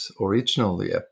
originally